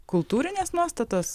kultūrės nuostatos